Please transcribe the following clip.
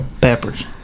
peppers